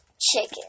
chicken